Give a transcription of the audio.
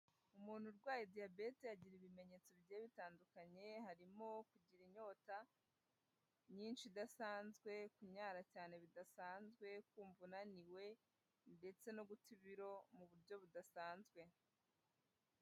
Umuntu urwaye diyabete agira ibimenyetso bigiye bitandukanye, harimo kugira inyota nyinshi idasanzwe, kunyara cyane bidasanzwe, kumva unaniwe ndetse no guta ibiro mu buryo budasanzwe.